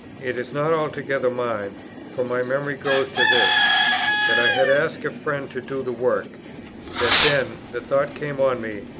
it is not altogether mine for my memory goes to this that i had asked a friend to do the work that then, the thought came on me,